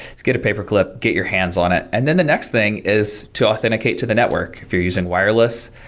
it's get a paperclip, get your hands on it and then the next thing is to authenticate to the network. if you're using wireless,